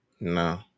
No